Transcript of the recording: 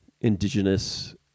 indigenous